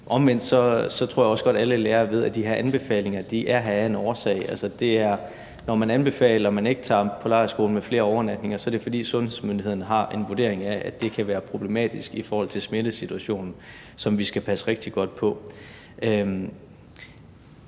Omvendt tror jeg også, at alle lærere godt ved, at de her anbefalinger er her af en årsag. Når man anbefaler, at man ikke tager på lejrskole med flere overnatninger, er det, fordi sundhedsmyndighederne vurderer, at det kan være problematisk i forhold til smittesituationen, som vi skal holde rigtig godt øje